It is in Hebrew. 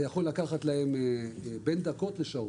וזה יכול לקחת בין דקות לשעות,